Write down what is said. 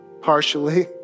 partially